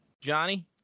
Johnny